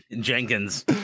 Jenkins